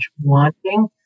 wanting